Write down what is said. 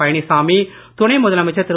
பழனிச்சாமி துணை முதலமைச்சர் திரு